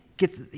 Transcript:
get